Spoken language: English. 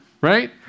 Right